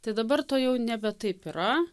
tai dabar to jau nebe taip yra